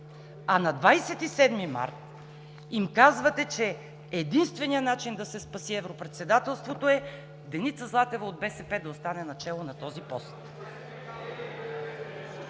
а на 27 март им казвате, че единственият начин да се спаси европредседателството е Деница Златева от БСП да остане начело на този пост.